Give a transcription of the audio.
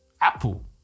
Apple